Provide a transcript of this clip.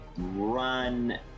Run